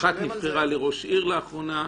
אחת נבחרה לראש עיר לאחרונה.